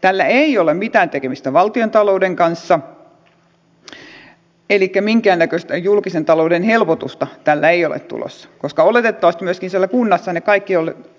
tällä ei ole mitään tekemistä valtiontalouden kanssa elikkä minkäännäköistä julkisen talouden helpotusta tällä ei ole tulossa koska oletettavasti myöskin siellä kunnassa